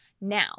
Now